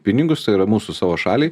pinigus tai yra mūsų savo šaliai